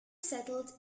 settled